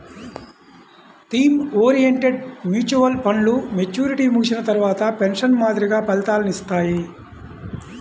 theme oriented mutual ఫండ్లు maturity ముగిసిన తర్వాత పెన్షన్ మాదిరిగా ఫలితాలనిత్తాయి